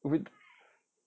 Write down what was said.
we